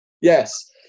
Yes